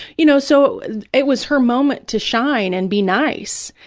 you know, so it was her moment to shine and be nice,